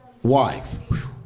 Wife